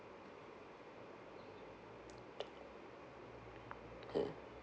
mm